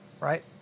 right